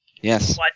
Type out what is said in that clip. Yes